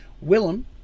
Willem